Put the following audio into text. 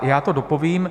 Já to dopovím.